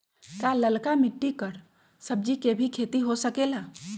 का लालका मिट्टी कर सब्जी के भी खेती हो सकेला?